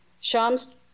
Shams